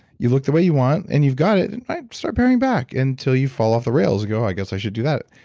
you look the way you want, and you've got it, and i'd start pairing back until you fall off the rails. go, i guess i should do that.